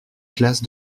classe